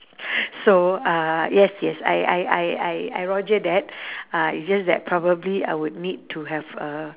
so uh yes yes I I I I roger that uh it's just that probably I would need to have uh